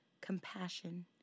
compassion